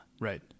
Right